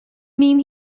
mean